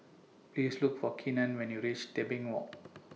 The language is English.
Please Look For Keenan when YOU REACH Tebing Walk